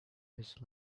his